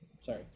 Sorry